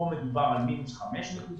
כאן מדובר על מינוס 5.9,